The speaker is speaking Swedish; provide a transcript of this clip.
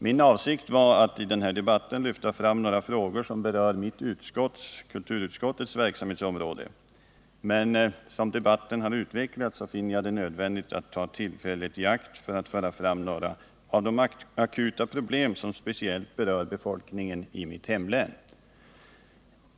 Min avsikt var att i debatten lyfta fram några frågor som berör mitt utskotts, kulturutskottets, verksamhetsområde, men som debatten utvecklats finner jag det nödvändigt att ta tillfället i akt för att föra fram några av de akuta problem som speciellt berör befolkningen i mitt hemlän.